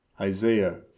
Isaiah